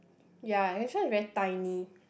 ya the restaurant is very tiny